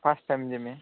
first time ଜିମି